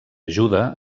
ajuda